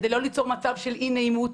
כדי שלא ליצור מצב של אי נעימות.